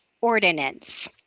ordinance